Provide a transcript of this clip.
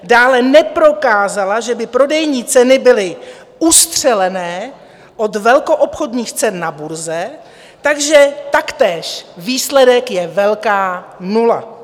Dále neprokázala, že by prodejní ceny byly ustřelené od velkoobchodních cen na burze, takže taktéž výsledek je velká nula.